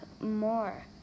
more